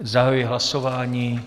Zahajuji hlasování.